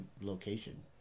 location